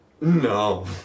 No